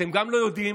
אתם גם לא יודעים,